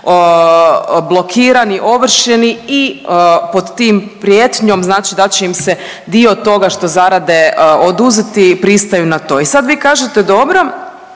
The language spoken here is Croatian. blokirani, ovršeni i pod tim prijetnjom znači da će im se dio toga što zarade oduzeti pristaju na to. I sad vi kažete dobro,